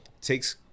takes